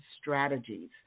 strategies